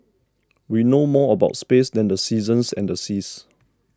we know more about space than the seasons and the seas